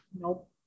Nope